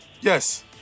Yes